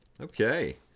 Okay